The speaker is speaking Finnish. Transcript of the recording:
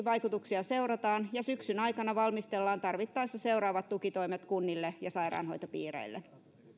vaikutuksia seurataan ja syksyn aikana valmistellaan tarvittaessa seuraavat tukitoimet kunnille ja sairaanhoitopiireille